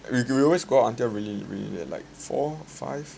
we we always go out until really really late like four five